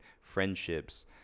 friendships